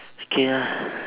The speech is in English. okay lah